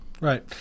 right